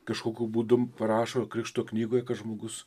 kažkokiu būdu parašo krikšto knygoj kad žmogus